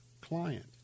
client